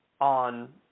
on